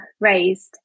raised